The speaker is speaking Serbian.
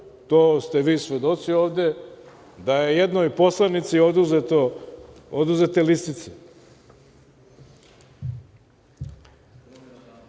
to ste vi svedoci ovde, da je jednoj poslanici oduzete lisice. Čekaj,